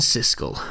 Siskel